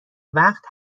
وقت